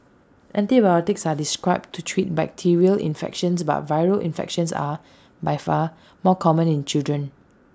antibiotics are described to treat bacterial infections but viral infections are by far more common in children